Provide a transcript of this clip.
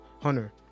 Hunter